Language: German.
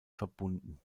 verbunden